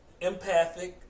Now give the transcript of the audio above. empathic